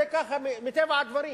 זה ככה מטבע הדברים.